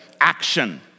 action